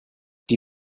die